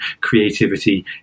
creativity